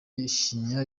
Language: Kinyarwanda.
ishinya